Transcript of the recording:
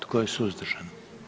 Tko je suzdržan?